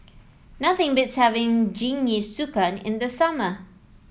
nothing beats having Jingisukan in the summer